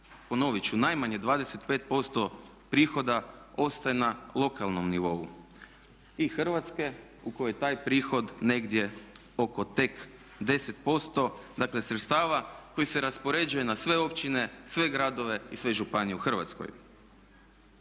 ponovit ću, najmanje 25% prihoda ostaje na lokalnom nivou i Hrvatske u kojoj je taj prihod negdje oko tek 10% sredstava koji se raspoređuje na sve općine, sve gradove i sve županije u Hrvatskoj.